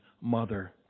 mother